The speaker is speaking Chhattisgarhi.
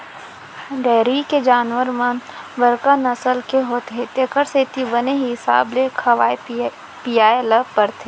डेयरी के जानवर मन बड़का नसल के होथे तेकर सेती बने हिसाब ले खवाए पियाय ल परथे